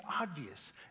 obvious